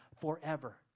forever